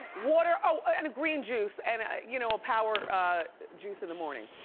water, oh and green juice, and ah you know a power juice in the morning,